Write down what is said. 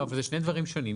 אבל אלה שני דברים שונים.